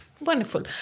Wonderful